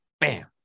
bam